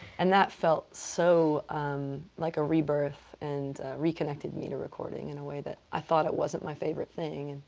and that felt so like a rebirth and reconnected me to recording in a way that i thought it wasn't my favorite thing.